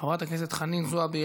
חברת הכנסת חנין זועבי,